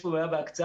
יש פה בעיה בהקצאה.